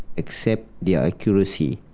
except their accuracy.